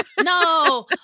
No